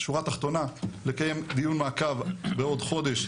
שורה תחתונה: לקיים דיון מעקב בעוד חודש,